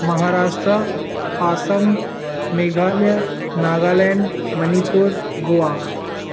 Maharashtra Assam Meghalaya Nagaland Manipur Goa